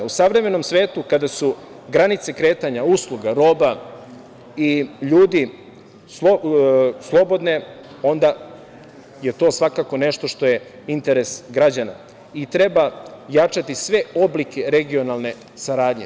U savremenom svetu kada su granice kretanja, usluga, roba i ljudi slobodne, onda je to svakako nešto što je interes građana i treba jačati sve oblike regionalne saradnje.